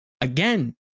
Again